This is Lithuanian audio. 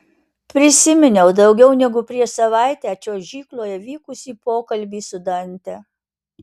prisiminiau daugiau negu prieš savaitę čiuožykloje vykusį pokalbį su dante